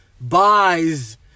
Buys